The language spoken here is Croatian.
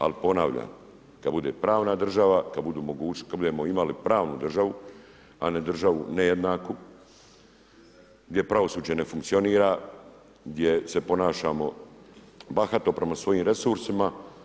Ali ponavljam, kada bude pravna država kada budemo imali pravnu državu, a ne državu nejednaku, gdje pravosuđe ne funkcionira, gdje se ponašamo bahato prema svojim resursima.